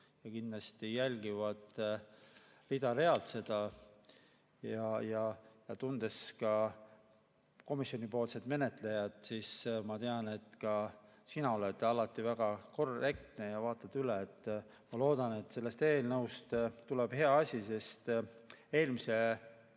ja kindlasti jälgivad seda rida-realt. Tundes ka komisjoni menetlejat, ma tean, et ka sina oled alati väga korrektne ja vaatad kõik üle. Ma loodan, et sellest eelnõust tuleb hea asi, sest eelmise,